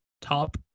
Top